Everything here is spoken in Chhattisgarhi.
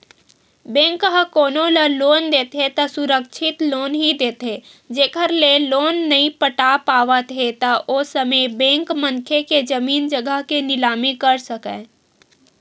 बेंक ह कोनो ल लोन देथे त सुरक्छित लोन ही देथे जेखर ले लोन नइ पटा पावत हे त ओ समे बेंक मनखे के जमीन जघा के निलामी कर सकय